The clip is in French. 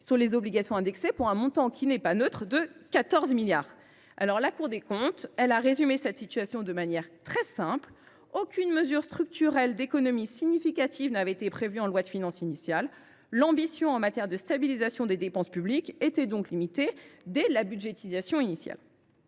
sur les obligations indexées pour un montant, non négligeable, de 14,5 milliards d’euros. La Cour des comptes résume la situation de manière simple :« Aucune mesure structurelle d’économie significative n’avait été prévue [en] loi de finances initiale […]. L’ambition en matière de stabilisation des dépenses publiques était donc limitée dès la budgétisation initiale.